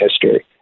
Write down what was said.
history